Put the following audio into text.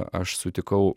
aš sutikau